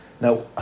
Now